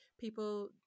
people